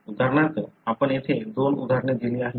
उदाहरणार्थ आपण येथे दोन उदाहरणे दिली आहेत